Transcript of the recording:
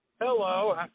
Hello